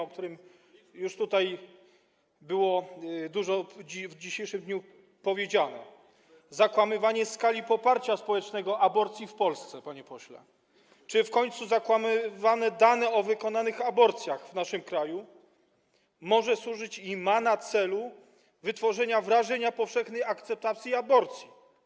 o których już tutaj było dużo w dzisiejszym dniu powiedziane, zakłamywanie skali poparcia społecznego aborcji w Polsce, panie pośle, czy w końcu zakłamywanie danych o wykonanych aborcjach w naszym kraju może służyć wytworzeniu i ma na celu wytworzenie wrażenia powszechnej akceptacji aborcji?